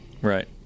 Right